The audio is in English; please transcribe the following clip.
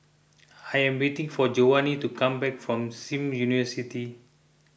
I am waiting for Jovanni to come back from Sim University